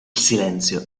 silenzio